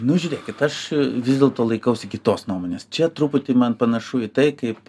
nu žiūrėkit aš vis dėlto laikausi kitos nuomonės čia truputį man panašu į tai kaip